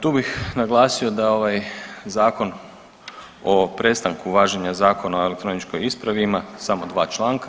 Tu bih naglasio da ovaj Zakon o prestanku važenja Zakona o elektroničkoj ispravi ima samo 2 članka.